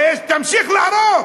תמשיך להרוג.